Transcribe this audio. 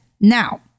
Now